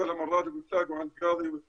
המורשת והמסורת מקבלים תמיכה מהמדינה.